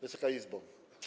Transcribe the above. Wysoka Izbo!